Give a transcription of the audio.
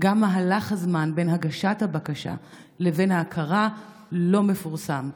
גם מהלך הזמן בין הגשת הבקשה להכרה לא מפורסם.